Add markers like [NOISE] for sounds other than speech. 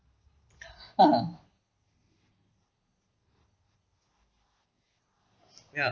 [BREATH] ah ya